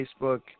Facebook